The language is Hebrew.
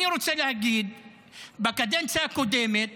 אני רוצה להגיד שבקדנציה הקודמת